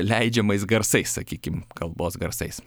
leidžiamais garsais sakykim kalbos garsais